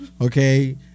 Okay